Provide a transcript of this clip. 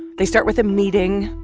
they start with a meeting.